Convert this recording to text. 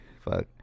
fuck